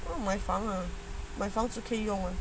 买房 ah 买房子可以用